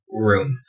room